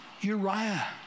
Uriah